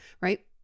right